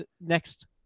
next